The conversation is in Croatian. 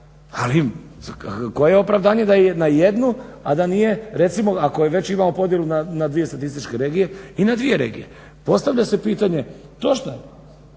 ali koje opravdanje da je na jednu a da nije recimo ako već imamo podjelu na dvije statističke regije i na dvije regije. Postavlja se pitanje, točno je,